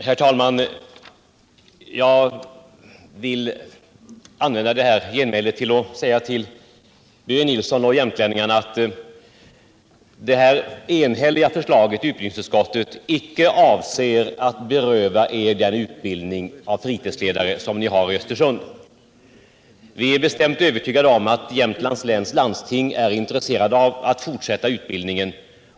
Herr talman! Jag vill säga till Birger Nilsson och övriga jämtlänningar att utbildningsutskottets enhälliga förslag icke avser att beröva er den utbildning av fritidsledare som ni har i Östersund. Vi är övertygade om att Jämtlands läns landsting är intresserat av att fortsätta utbildningen.